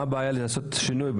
מה הבעיה לעשות שינוי?